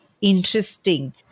interesting